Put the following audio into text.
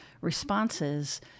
responses